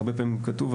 הרבה פעמים כתוב,